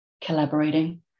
collaborating